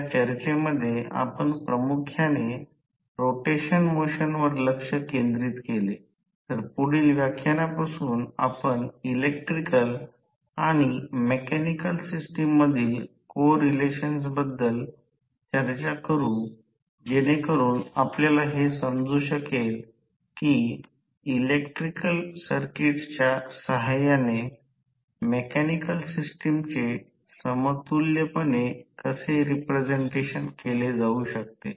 या चर्चेमध्ये आपण प्रामुख्याने रोटेशन मोशनवर लक्ष केंद्रित केले तर पुढील व्याख्यानापासून आपण इलेक्ट्रिकल आणि मेकॅनिकल सिस्टम मधील को रिलेशन्सबद्दल चर्चा करू जेणेकरून आपल्याला हे समजू शकेल की इलेक्ट्रिकल सर्किटच्या सहाय्याने मेकॅनिकल सिस्टमचे समतुल्यपणे कसे रिप्रेझेंटेशन केले जाऊ शकते